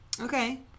Okay